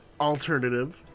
alternative